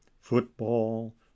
football